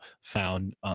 found